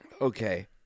Okay